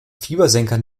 fiebersenker